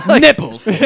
Nipples